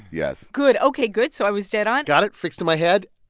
yes good. ok, good. so i was dead-on got it fixed in my head.